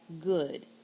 good